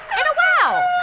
and a wow!